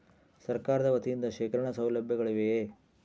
ಸರಕಾರದ ವತಿಯಿಂದ ಶೇಖರಣ ಸೌಲಭ್ಯಗಳಿವೆಯೇ?